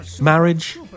Marriage